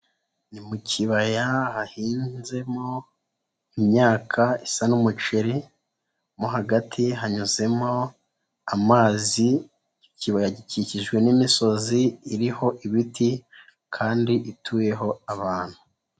Ni mu kibaya hahinzemo imyaka isa n'umuceri, mo hagati hanyuzemo amazi, ikibaya gikikijwe n'imisozi iriho ibiti kandi ituyeho abantu.